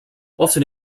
often